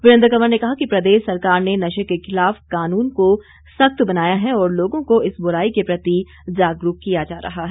वीरेंद्र कंवर ने कहा कि प्रदेश सरकार ने नशे के खिलाफ कानून को सख्त बनाया है और लोगों को इस बुराई के प्रति जागरूक किया जा रहा है